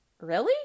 Really